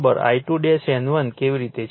તેથી N2 I2 I2 N1 કેવી રીતે છે